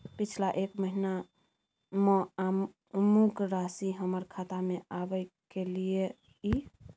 पिछला एक महीना म अमुक राशि हमर खाता में आबय कैलियै इ?